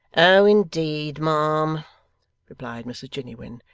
owe indeed, ma'am replied mrs jiniwin.